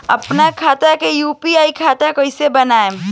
आपन खाता के यू.पी.आई खाता कईसे बनाएम?